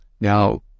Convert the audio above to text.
Now